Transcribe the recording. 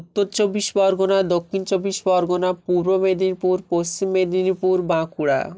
Uttar Chabbish Pargana Dakshin Chabbish Pargana Purba Medinipur Paschim Medinipur Bankura